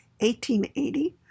1880